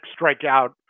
strikeout